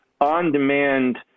on-demand